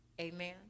amen